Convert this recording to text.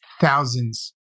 thousands